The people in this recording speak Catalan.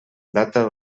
data